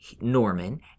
Norman